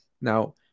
Now